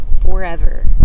forever